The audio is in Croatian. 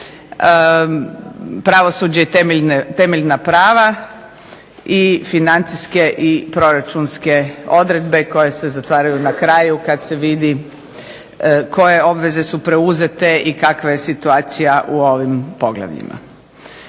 Pravosuđe i temeljna prava i Financijske i proračunske odredbe koje se zatvaraju na kraju kad se vidi koje obveze su preuzete i kakva je situacija u ovim poglavljima.